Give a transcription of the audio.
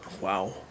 Wow